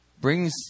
brings